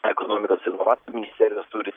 ekonomikos ir inovacijų ministerijos turi